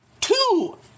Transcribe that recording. Two